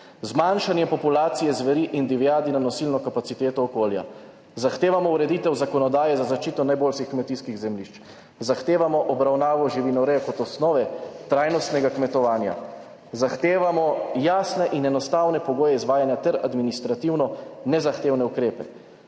zmanjšanje populacije zveri in divjadi na nosilno kapaciteto okolja, zahtevamo ureditev zakonodaje za zaščito najboljših kmetijskih zemljišč, zahtevamo obravnavo živinoreje kot osnove trajnostnega kmetovanja, zahtevamo jasne in enostavne pogoje izvajanja ter administrativno nezahtevne ukrepe,